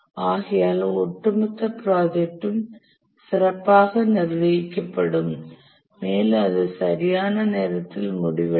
ஆகையால் ஒட்டுமொத்த ப்ராஜெக்டும் சிறப்பாக நிர்வகிக்கப்படும் மேலும் அது சரியான நேரத்தில் முடிவடையும்